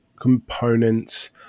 components